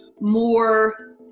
more